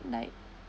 like